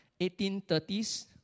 1830s